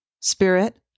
Spirit